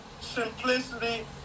Simplicity